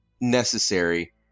necessary